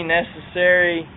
necessary